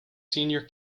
senior